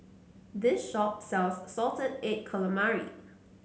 this shop sells Salted Egg Calamari